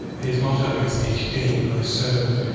his motto is ich dien, i serve,